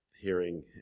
hearing